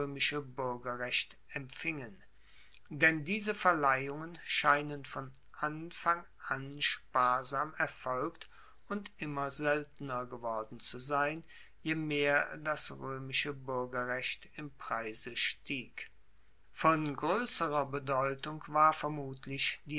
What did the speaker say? roemische buergerrecht empfingen denn diese verleihungen scheinen von anfang an sparsam erfolgt und immer seltener geworden zu sein je mehr das roemische buergerrecht im preise stieg von groesserer bedeutung war vermutlich